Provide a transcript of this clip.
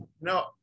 No